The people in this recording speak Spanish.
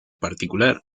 particular